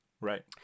Right